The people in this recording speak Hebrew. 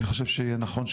אני חושב שזה יהיה נכון,